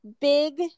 big